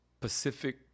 Pacific